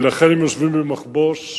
ולכן הם יושבים במחבוש,